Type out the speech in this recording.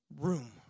room